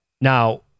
Now